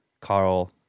Carl